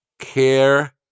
care